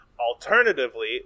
Alternatively